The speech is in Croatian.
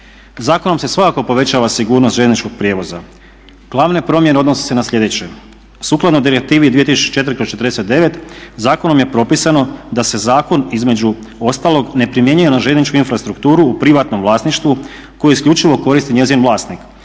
Zakonom se svakako povećava sigurnost željezničkog prijevoza. Glavne promjene odnose se na slijedeće: sukladno direktivi 2004/49 zakonom je propisano da se zakon između ostalog ne primjenjuje na željezničku infrastrukturu u privatnom vlasništvu koje isključivo koristi njezin vlasnik